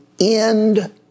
end